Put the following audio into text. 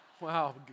Wow